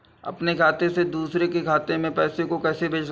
अपने खाते से दूसरे के खाते में पैसे को कैसे भेजे?